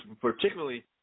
particularly